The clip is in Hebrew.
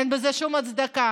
אין בזה שום הצדקה.